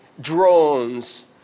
drones